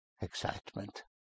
excitement